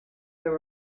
there